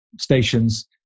stations